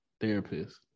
therapist